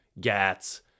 gats